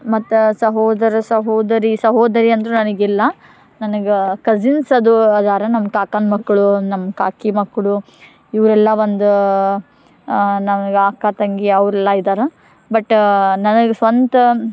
ಮತ್ತು ಸಹೋದರ ಸಹೋದರಿ ಸಹೋದರಿ ಅಂದ್ರೂ ನನಗಿಲ್ಲ ನನ್ಗೆ ಕಝಿನ್ಸ್ ಅದು ಯಾರು ನಮ್ಮ ಕಾಕನ ಮಕ್ಕಳು ನಮ್ಮ ಕಾಕಿ ಮಕ್ಕಳು ಇವರೆಲ್ಲ ಒಂದು ನನ್ಗೆ ಅಕ್ಕ ತಂಗಿ ಅವರೆಲ್ಲ ಇದಾರೆ ಬಟ್ ನನಗೆ ಸ್ವಂತ